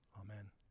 Amen